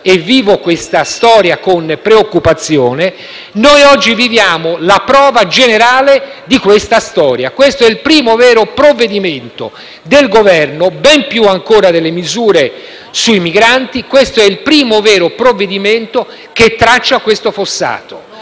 e vivo questa storia con preoccupazione. Noi oggi viviamo la prova generale di questa storia. Questo è il primo vero provvedimento del Governo, ben più ancora delle misure sui migranti, che traccia questo fossato.